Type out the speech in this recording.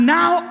now